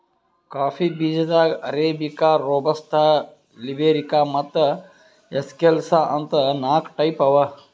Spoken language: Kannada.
ಕಾಫಿ ಬೀಜಾದಾಗ್ ಅರೇಬಿಕಾ, ರೋಬಸ್ತಾ, ಲಿಬೆರಿಕಾ ಮತ್ತ್ ಎಸ್ಕೆಲ್ಸಾ ಅಂತ್ ನಾಕ್ ಟೈಪ್ ಅವಾ